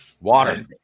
Water